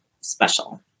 special